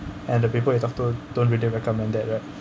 and the people you talk to don't really recommended that right